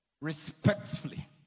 respectfully